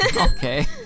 Okay